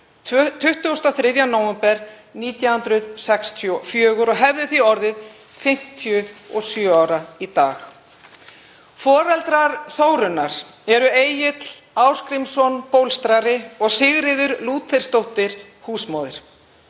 23. nóvember 1964 og hefði því orðið 57 ára í dag. Foreldrar Þórunnar eru Egill Ásgrímsson bólstrari og Sigríður Lúthersdóttir húsmóðir.